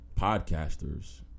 podcasters